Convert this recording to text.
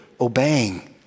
obeying